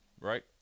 right